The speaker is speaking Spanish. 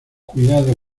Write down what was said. cuidado